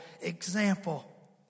example